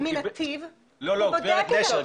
מנתיב הוא בודק אותו.